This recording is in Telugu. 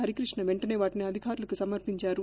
హరికృష్ణ వెంటనే వాటిని అధికారులకు నవుర్పించారు